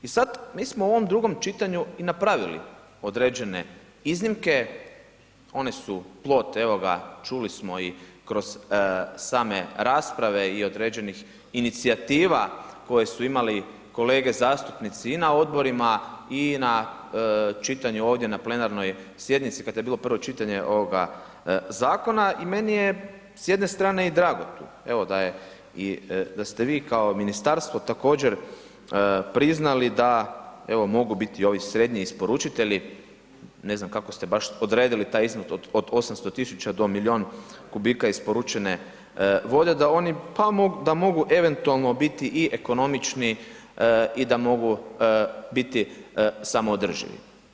I sad mi smo u ovom drugom čitanju i napravili određene iznimke, on su plod evo, čuli smo i kroz same rasprave, i određenih inicijativa koje su imali kolege zastupnici i na odborima i na čitanju ovdje na plenarnoj sjednici kad je bilo prvo čitanje ovoga zakona i meni je s jedne strane i drago evo da ste vi kao ministarstvo također priznali da evo mogu biti ovi srednji isporučitelji, ne znam kako ste baš odredili taj iznos od 800 000 do milijun kubika isporučene vode da oni mogu eventualno biti i ekonomični i da mogu biti samoodrživi.